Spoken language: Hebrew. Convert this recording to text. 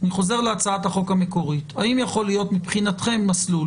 חוזר להצעת החוק המקורית האם יכול להיות מבחינתכם מסלול